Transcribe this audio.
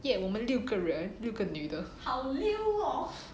ya 我们六个人六个女的